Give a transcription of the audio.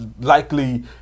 likely